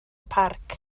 parc